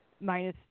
minus